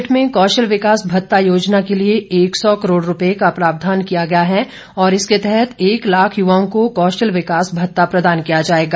budget में कौशल विकास भत्ता योजना के लिए एक सौ करोड़ रूपए का प्रावधान किया गया है और इसके तहत एक लाख युवाओं को कौशल विकास भत्ता प्रदान किया जाएगा